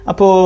Apo